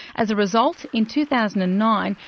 as a result, in two thousand and nine,